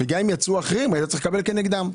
גם אם יצאו אחרים היית צריך לקבל כנגדם.